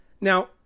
now